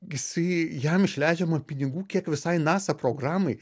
jisai jam išleidžiama pinigų kiek visai nasa programai